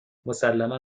مسلما